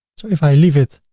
so if i leave it,